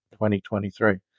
2023